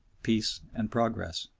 peace and progress.